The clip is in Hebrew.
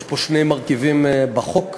יש שני מרכיבים בחוק.